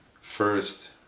first